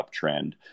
uptrend